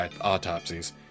autopsies